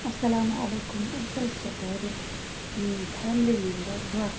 اَلسَلامُ علیکُم أسۍ حظ چھِ گَرٕ پھیملی ممبر باہہ